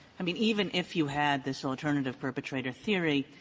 i mean, even if you had this alternative-perpetrator theory,